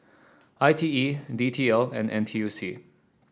I T E D T L and N T U C